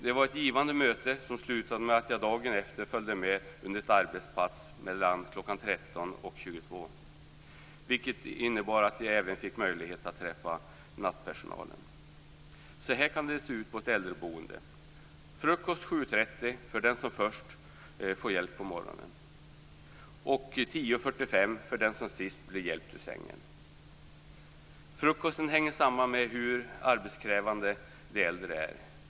Det var ett givande möte som slutade med att jag dagen efter följde med under ett arbetspass mellan kl. 13.00 och kl. 22.00, vilket innebar att jag även fick möjlighet att träffa nattpersonalen. Så här kan det se ut på ett äldreboende: Frukost kl. 7.30 för den som först får hjälp på morgonen, kl. 10.45 för den som sist blir hjälpt upp ur sängen. Tiden för frukost hänger samman med hur arbetskrävande de äldre är.